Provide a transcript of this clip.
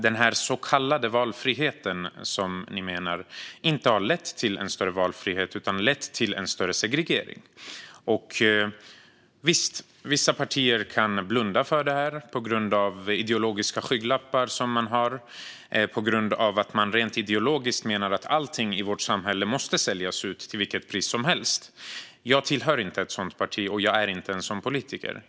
Den så kallade valfriheten, som ni menar att det är, har inte lett till större valfrihet utan lett till större segregation. Visst - vissa partier kan blunda för det här på grund av ideologiska skygglappar som de har därför att de rent ideologiskt menar att allting i vårt samhälle måste säljas ut till vilket pris som helst. Jag tillhör inte ett sådant parti, och jag är inte en sådan politiker.